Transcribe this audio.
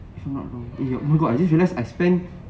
cannot reme~ oh my god I just realised I spent